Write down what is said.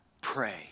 pray